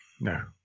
no